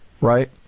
right